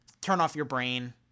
turn-off-your-brain